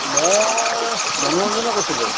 মই মনোৰঞ্জনে কৈছিলোঁ